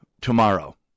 tomorrow